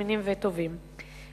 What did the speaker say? זמינים וטובים,